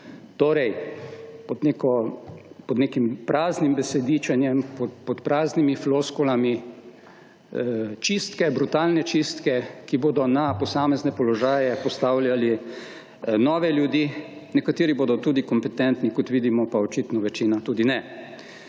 Torej pod nekim praznim besedičenjem, pod praznimi floskulami, čistke, brutalne čistke, ki bodo na posamezne položaje postavljali nove ljudi, nekateri bodo tudi kompetentni, kot vidimo pa očitno večina tudi ne.